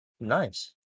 Nice